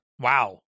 Wow